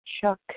Chuck